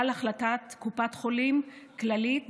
על החלטת קופת חולים כללית